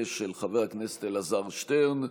של חבר הכנסת אלעזר שטרן,